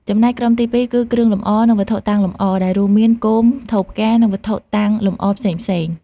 ចំណែកក្រុមទីពីរគឺ គ្រឿងលម្អ និងវត្ថុតាំងលម្អ ដែលរួមមាន គោម ថូផ្កា និងវត្ថុតាំងលម្អផ្សេងៗ។